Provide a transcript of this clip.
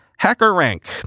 HackerRank